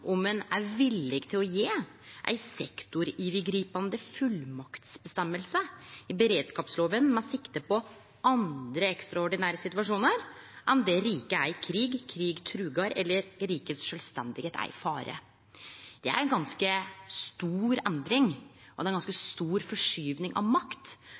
om om ein er villig til å gje ei sektorovergripande fullmaktsføresegn i beredskapsloven med sikte på andre ekstraordinære situasjonar enn der riket er i krig, der krig trugar eller der rikets sjølvstende er i fare. Det er ei ganske stor endring, ei ganske stor forskyving av makt.